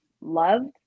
loved